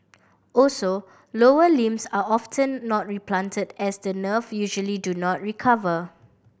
also lower limbs are often not replanted as the nerve usually do not recover